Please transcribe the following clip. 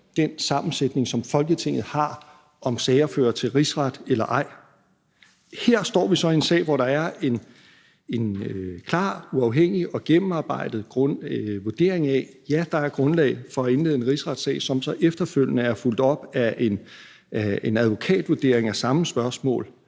den sammensætning, som Folketinget har, om sager fører til en rigsret eller ej. Her står vi så i en sag, hvor der er en klar, uafhængig og gennemarbejdet vurdering af, at ja, der er grundlag for at indlede en rigsretssag, som så efterfølgende er fulgt op af en advokatvurdering af det samme spørgsmål,